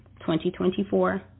2024